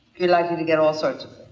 you're likely to get all sorts